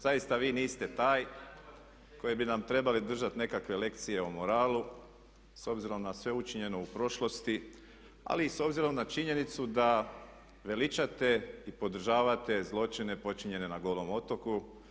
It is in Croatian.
Zaista vi niste taj koji bi nam trebali držati nekakve lekcije o moralu s obzirom na sve učinjeno u prošlosti, ali i s obzirom na činjenicu da veličate i podržavate zločine počinjene na Golom otoku.